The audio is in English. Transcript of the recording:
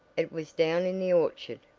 it was down in the orchard,